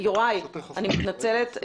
יוראי, אני מתנצלת.